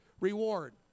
reward